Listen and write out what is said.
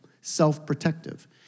self-protective